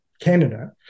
Canada